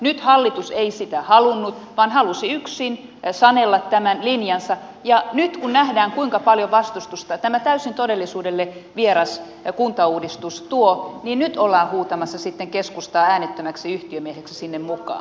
nyt hallitus ei sitä halunnut vaan halusi yksin sanella tämän linjansa ja nyt kun nähdään kuinka paljon vastustusta tämä täysin todellisuudelle vieras kuntauudistus tuo niin nyt ollaan huutamassa sitten keskustaa äänettömäksi yhtiömieheksi sinne mukaan